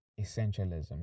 Essentialism